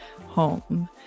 home